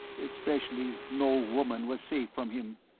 especially, no woman was safe from him,